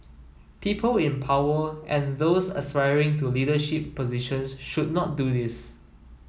people in power and those aspiring to leadership positions should not do this